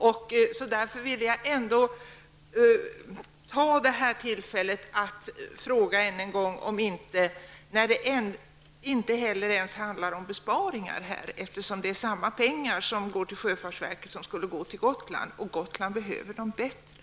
Jag ville därför ändå ta detta tillfälle att än en gång rikta frågan till kommunikationsministern. Det handlar ju inte heller om besparingar, eftersom de pengar som skulle gå till Gotland är de som nu går till sjöfartsverket. Men Gotland behöver dessa pengar bättre.